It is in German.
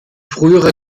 frühere